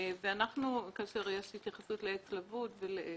כאשר יש התייחסות לעץ לבוד ולעץ.